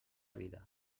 vida